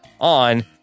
on